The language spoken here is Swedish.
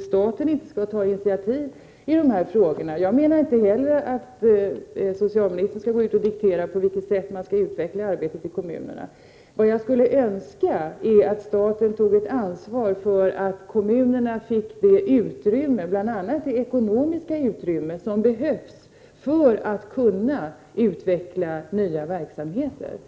staten inte skall ta initiativ i de här frågorna. Jag menar inte heller att socialministern skall gå ut och diktera på vilket sätt arbetet skall utvecklas i kommunerna. Det jag skulle önska är att staten tog ett ansvar för att kommunerna fick det utrymme, bl.a. det ekonomiska utrymme, som behövs för att kunna utveckla nya verksamheter.